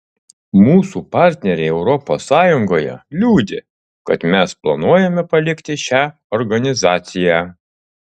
mūsų partneriai europos sąjungoje liūdi kad mes planuojame palikti šią organizaciją